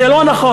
זה לא נכון.